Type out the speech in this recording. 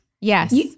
Yes